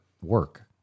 work